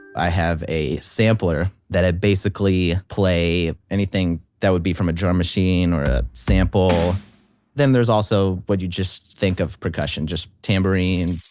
i have a sampler that i basically play anything that would be from a drum machine or a sample then there's also what you just think of percussion, just tambourine,